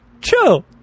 chill